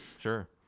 Sure